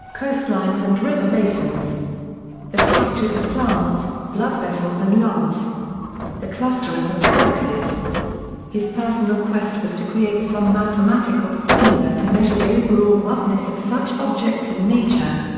coastlines and river basins the structures of plants, blood vessels and lungs the clustering of galaxies his personal quest was to create some mathematical formula to measure the overall roughness of such objects in nature.